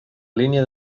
línia